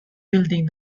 building